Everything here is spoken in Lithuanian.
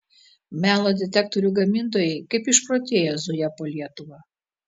melo detektorių gamintojai kaip išprotėję zuja po lietuvą